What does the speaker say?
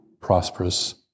prosperous